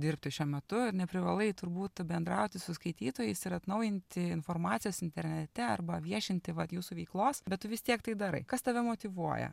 dirbti šiuo metu neprivalai turbūt bendrauti su skaitytojais ir atnaujinti informacijos internete arba viešinti vat jūsų veiklos bet vis tiek tai darai kas tave motyvuoja